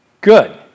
Good